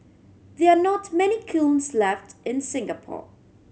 there are not many kilns left in Singapore